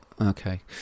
okay